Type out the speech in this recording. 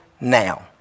now